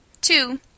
Two